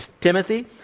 Timothy